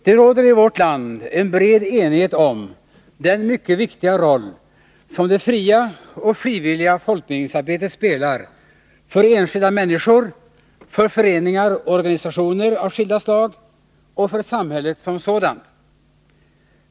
Herr talman! Det råder i vårt land en bred enighet om den mycket viktiga roll som det fria och frivilliga folkbildningsarbetet spelar för enskilda människor, för föreningar och organisationer av skilda slag och för samhället som sådant.